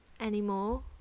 anymore